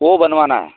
वह बनवाना है